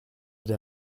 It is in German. der